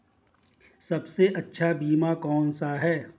सबसे अच्छा बीमा कौन सा है?